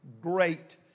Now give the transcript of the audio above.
great